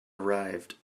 arrived